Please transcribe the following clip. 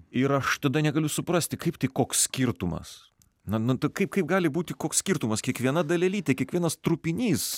ir aš tada negaliu suprasti kaip tai koks skirtumas na nu tai kaip kaip gali būti koks skirtumas kiekviena dalelytė kiekvienas trupinys